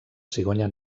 cigonya